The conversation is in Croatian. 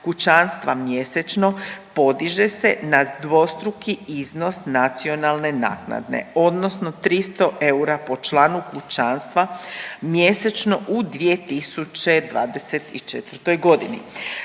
kućanstva mjesečno podiže se na dvostruki iznos nacionalne naknade, odnosno 300 eura po članu kućanstva mjesečno u 2024. godini.